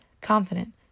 confident